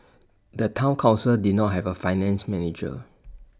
the Town Council did not have A finance manager